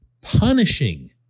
punishing